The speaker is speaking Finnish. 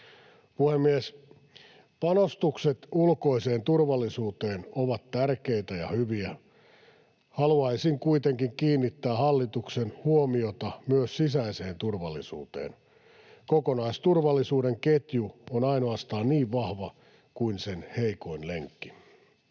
Puhemies! Panostukset ulkoiseen turvallisuuteen ovat tärkeitä ja hyviä. Haluaisin kuitenkin kiinnittää hallituksen huomiota myös sisäiseen turvallisuuteen. Kokonaisturvallisuuden ketju on ainoastaan niin vahva kuin sen heikoin lenkki.